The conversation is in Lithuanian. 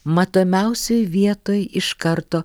matomiausioj vietoj iš karto